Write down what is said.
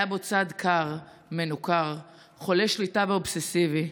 היה בו צד קר, מנוכר, חולה שליטה ואובססיבי,